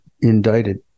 indicted